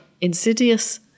insidious